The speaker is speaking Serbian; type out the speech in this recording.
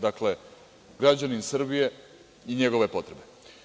Dakle, građani Srbije i njegove potrebe.